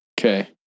Okay